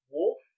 Wolf